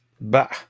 Bah